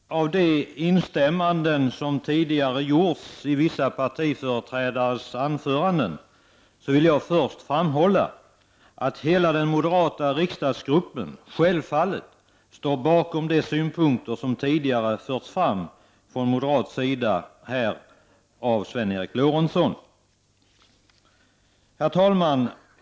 Herr talman! Med anledning av de instämmanden som har gjorts i vissa partiföreträdares anföranden vill jag först framhålla att hela den moderata riksdagsgruppen självfallet står bakom de synpunkter som tidigare här har förts fram av Sven Eric Lorentzon.